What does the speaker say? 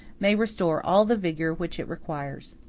may restore all the vigor which it requires.